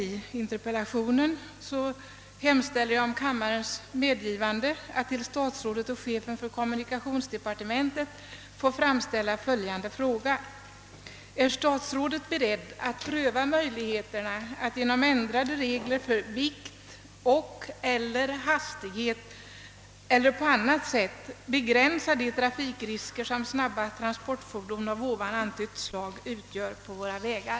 Med hänvisning till det sagda hemställer jag om kammarens medgivande att till statsrådet och chefen för kommunikationsdepartementet få framställa följande fråga: Är statsrådet beredd att pröva möjligheterna att genom ändrade regler för vikt och/eller hastighet eller på annat sätt begränsa de trafikrisker som snabba transportfordon av här antytt slag utgör på våra vägar?